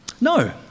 No